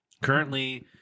currently